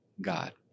God